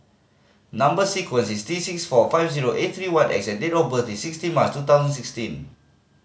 number sequence is T six four five zero eight three one X and date of birth is sixteen March two thousand and sixteen